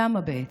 למה, בעצם?